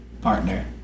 partner